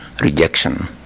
rejection